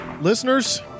Listeners